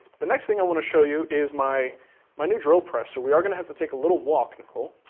the next thing i want to show you is my my new drill press. so we are gonna have to take a little walk, nicole.